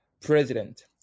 president